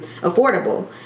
affordable